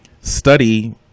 study